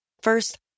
First